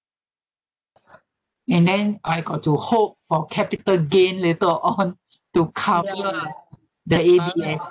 and then I got to halt for capital gain later on to cover the A_B_S_D